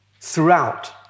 throughout